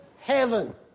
heaven